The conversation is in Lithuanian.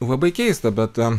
labai keista bet